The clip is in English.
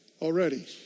already